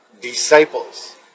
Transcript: disciples